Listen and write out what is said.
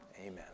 Amen